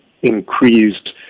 increased